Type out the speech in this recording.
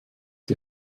die